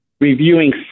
reviewing